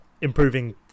improving